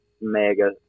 mega